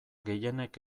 gehienek